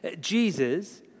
Jesus